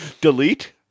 Delete